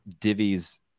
Divi's